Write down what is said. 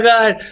God